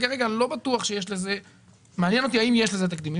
מעניין אותי האם יש לזה תקדימים,